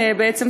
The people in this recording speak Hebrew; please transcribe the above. בעצם,